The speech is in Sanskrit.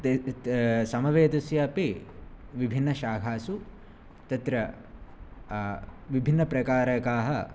ते त् सामवेदस्यापि विभिन्नशाखासु तत्र विभिन्नप्रकारकाः